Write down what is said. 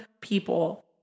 people